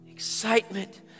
excitement